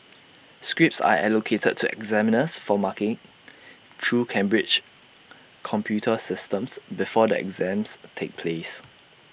scripts are allocated to examiners for marking through Cambridge's computer systems before the exams take place